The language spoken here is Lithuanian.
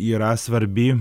yra svarbi